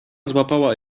złapała